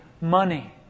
money